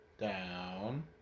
Down